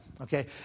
Okay